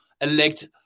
elect